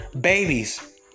babies